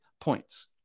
points